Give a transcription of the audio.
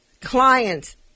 clients